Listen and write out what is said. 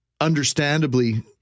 understandably